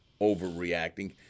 overreacting